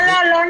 לא, לא נאום.